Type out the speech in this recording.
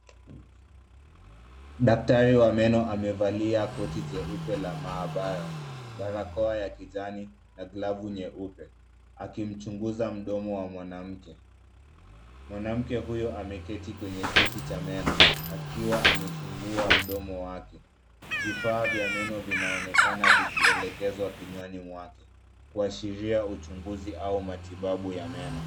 Daktari wa meno amevalia koti jeupe la maabara, barakoa ya kijani na glavu nyeupe akimchunguza mdomo wa mwanamke. Mwanamke huyo ameketi kwenye kiti cha meno akiwa amefungua mdomo wake. Vifaa vya meno vinaonekana vikielekezwa kinywani mwake kuashiria uchunguzi au matibabu ya meno.